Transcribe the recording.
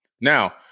Now